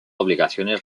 obligaciones